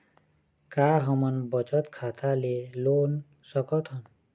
का हमन बचत खाता ले लोन सकथन?